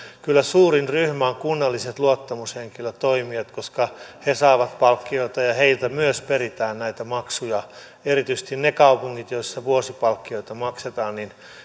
kyllä suurin ryhmä on kunnalliset luottamushenkilötoimijat koska he saavat palkkioita ja heiltä myös peritään näitä maksuja erityisesti niissä kaupungeissa joissa vuosipalkkioita maksetaan